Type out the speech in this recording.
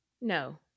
no